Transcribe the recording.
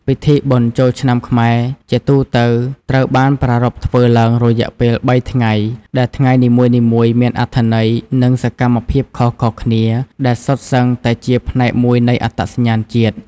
ពិធីបុណ្យចូលឆ្នាំខ្មែរ ជាទូទៅត្រូវបានប្រារព្ធធ្វើឡើង រយៈពេល ៣ ថ្ងៃ ដែលថ្ងៃនីមួយៗមានអត្ថន័យ និងសកម្មភាពខុសៗគ្នា ដែលសុទ្ធសឹងតែជាផ្នែកមួយនៃអត្តសញ្ញាណជាតិ។